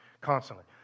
constantly